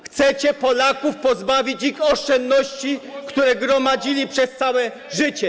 Chcecie Polaków pozbawić ich oszczędności, które gromadzili przez całe życie.